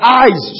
eyes